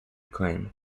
claim